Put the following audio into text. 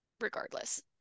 regardless